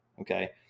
okay